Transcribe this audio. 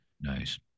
Nice